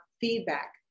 feedback